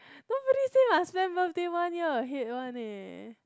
nobody say I spend birthday one year ahead one leh